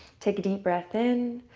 take a deep breath in.